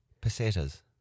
Pesetas